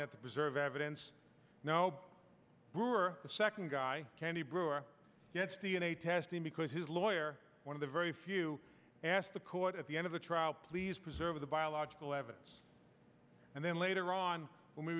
that to preserve evidence now brewer the second guy candy brewer gets d n a testing because his lawyer one of the very few asked the court at the end of the trial please preserve the biological evidence and then later on when we